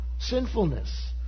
sinfulness